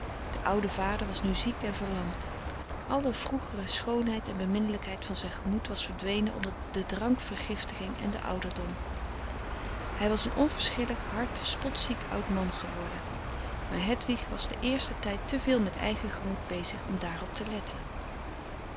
de oude vader was nu ziek en verlamd alle vroegere schoonheid en beminnelijkheid van zijn gemoed was verdwenen onder de drankvergiftiging en den ouderdom hij was een onverschillig hard spotziek oud man geworden maar hedwig was den eersten tijd te veel met eigen gemoed bezig om daarop te letten